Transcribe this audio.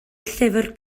llyfr